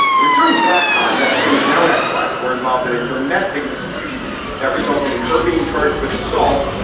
it was during that time that he and his now ex wife were involved in a domestic dispute that resulted in her being charged with assault,